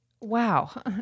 wow